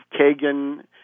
Kagan